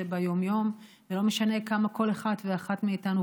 ביום-יום ולא משנה כמה כל אחת ואחד מאיתנו,